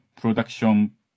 production